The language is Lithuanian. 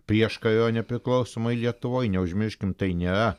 prieškario nepriklausomoj lietuvoj neužmirškim tai nėra